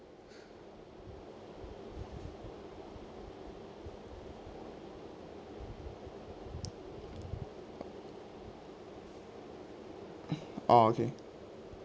oh okay